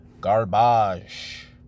garbage